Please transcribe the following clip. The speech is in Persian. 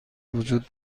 وجود